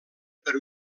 per